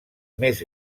més